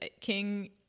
King